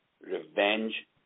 revenge